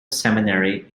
seminary